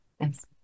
Yes